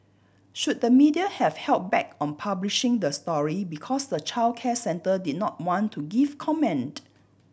should the media have held back on publishing the story because the childcare centre did not want to give comment